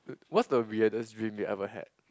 what's the weirdest dream you ever had